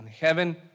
heaven